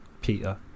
Peter